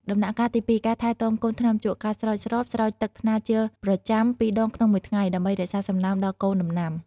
ដំណាក់កាលទី ២ ការថែទាំកូនថ្នាំជក់ ការស្រោចស្រព ស្រោចទឹកថ្នាលជាប្រចាំពីរដងក្នុងមួយថ្ងៃ ដើម្បីរក្សាសំណើមដល់កូនដំណាំ។